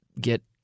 get